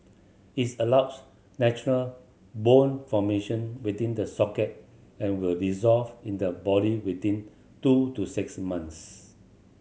its allows natural bone formation within the socket and will dissolve in the body within two to six months